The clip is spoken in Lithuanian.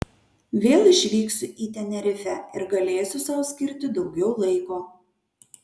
vėl išvyksiu į tenerifę ir galėsiu sau skirti daugiau laiko